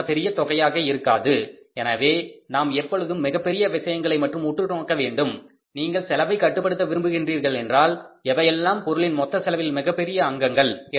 அது மிகப்பெரிய தொகையாக இருக்காது எனவே நாம் எப்பொழுதும் மிகப்பெரிய விஷயங்களை மட்டும் உற்றுநோக்க வேண்டும் நீங்கள் செலவை கட்டுப்படுத்த விரும்புகிறீர்கள் என்றால் எவையெல்லாம் பொருளின் மொத்த செலவில் மிகப்பெரிய அங்கங்கள்